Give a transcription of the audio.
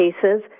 cases